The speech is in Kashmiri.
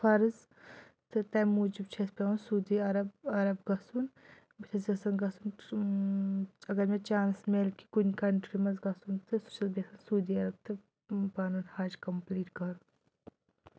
فرٕض تہٕ تمہِ موٗجوٗب چھُ اَسہِ پٮ۪وان سعوٗدی عرب عرب گژھُن بہٕ چھَس یَژھان گژھُن اَگر مےٚ چانٕس میلہِ کہِ کُنہِ کَنٹرٛی منٛز گژھُن تہٕ سُہ چھَس بہٕ یَژھان سعوٗدی عرب تہٕ پَنُن حج کَمپٕلیٖٹ کَرُن